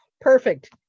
Perfect